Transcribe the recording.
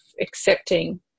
accepting